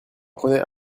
prenais